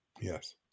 Yes